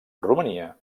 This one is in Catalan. romania